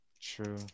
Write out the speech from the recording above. True